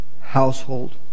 household